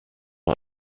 are